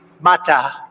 Mata